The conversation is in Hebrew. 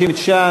59,